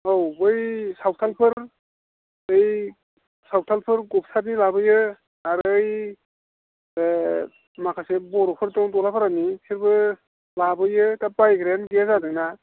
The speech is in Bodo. औ बै सावथालफोर बै सावथालफोर गबसानि लाबोयो आरो ओइ माखासे बर'फोर दं दलापारानि बिसोरबो लाबोयो दा बायग्रायानो गैया जादोंना